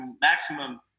maximum